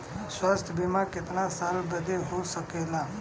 स्वास्थ्य बीमा कितना साल बदे हो सकेला?